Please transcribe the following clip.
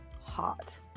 hot